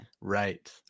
Right